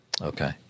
Okay